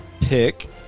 pick